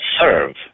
serve